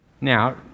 Now